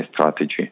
strategy